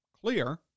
clear